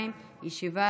16:00.